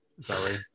sorry